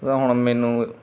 ਤਾਂ ਹੁਣ ਮੈਨੂੰ